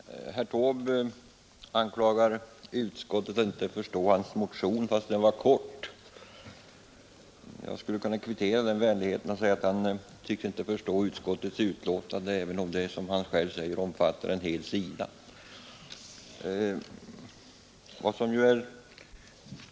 Fru talman! Herr Taube anklagar utskottet för att inte förstå hans motion trots att den var kort. Jag skulle kunna kvittera den vänligheten med att säga att herr Taube inte tycks förstå utskottets betänkande även om det, som han själv sade, omfattar en hel sida.